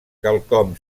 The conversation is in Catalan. quelcom